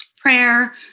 prayer